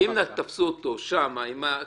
עוד פעם אני אומר: אם תפסו אותו שם, עם הקופסה,